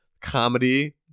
comedy